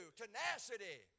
tenacity